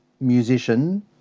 musician